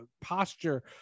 posture